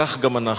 כך גם אנחנו.